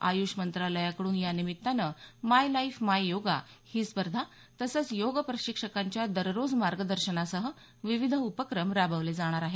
आय्ष मंत्रालयाकडून यानिमित्तानं my life my yoga ही स्पर्धा तसंच योग प्रशिक्षकांच्या दररोज मार्गदर्शनासह विविध उपक्रम राबवले जाणार आहेत